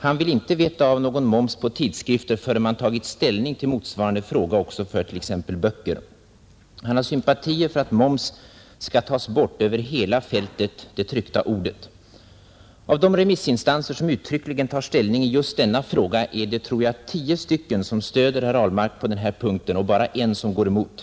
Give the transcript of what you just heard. Han vill inte veta av någon moms på tidskrifter förrän man tagit ställning till motsvarande fråga också för t.ex. böcker. Han har sympatier för att moms skall tas bort över hela fältet ”det tryckta ordet”. Av de remissinstanser som uttryckligen tar ställning i just denna fråga är det, tror jag, tio stycken som stöder herr Ahlmark på denna punkt och bara en som går emot.